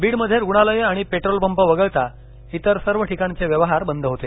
बीड मध्ये रुग्णालयं आणि पेट्रोलपंप वगळता इतर सर्व ठिकाणचे व्यवहार बंद होते